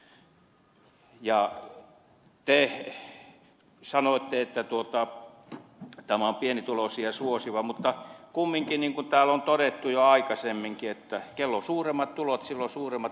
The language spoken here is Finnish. te sanoitte että tämä on pienituloisia suosiva mutta kumminkin on niin niin kuin täällä on todettu jo aikaisemminkin että kellä on suuremmat tulot sillä on suuremmat verohelpotukset